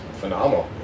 phenomenal